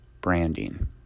branding